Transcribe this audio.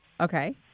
Okay